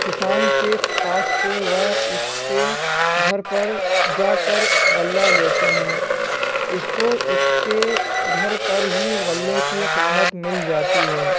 کسان کے پاس سے وہ اس کے گھر پر جا کر غلہ لیتے ہیں اس کو اس کے گھر پر ہی غلے کی قیمت مل جاتی ہے